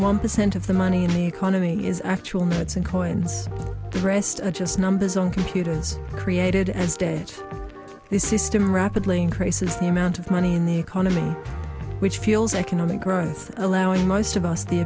one percent of the money in the economy is actual minutes and coins the rest are just numbers on computers created as debt the system rapidly increases the amount of money in the economy which feels economic growth allowing most of us the